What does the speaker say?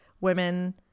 women